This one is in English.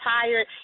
tired